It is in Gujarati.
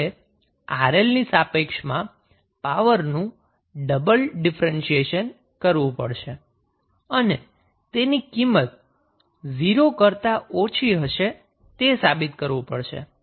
તો આ માટે આપણે 𝑅𝐿 ની સાપેક્ષમાં પાવરનું ડબલ ડિફરેન્શીએશન કરવું પડશે અને તેની કિંમત 0 કરતા ઓછી હશે તે સાબિત કરવું પડશે